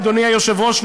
אדוני היושב-ראש,